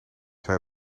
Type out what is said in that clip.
zei